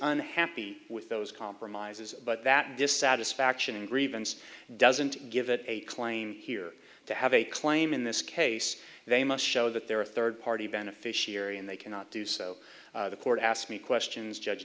unhappy with those compromises but that dissatisfaction in grievance doesn't give it a claim here to have a claim in this case they must show that they're a third party beneficiary and they cannot do so the court asked me questions judge